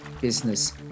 business